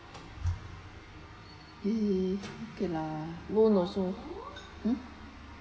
mm okay lah loan also mm